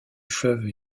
fleuve